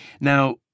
now